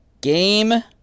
Game